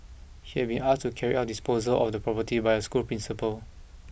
he had been asked to carry out disposal of the property by a school principal